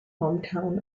hometown